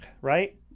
right